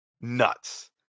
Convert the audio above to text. nuts